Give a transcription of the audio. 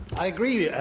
i agree,